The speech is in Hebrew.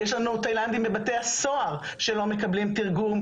יש לנו תאילנדים בבתי הסוהר שלא מקבלים תרגום,